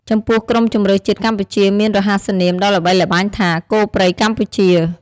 ចំពោះក្រុមជម្រើសជាតិកម្ពុជាមានរហស្សនាមដ៏ល្បីល្បាញថា "គោព្រៃកម្ពុជា"។